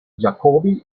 jacobi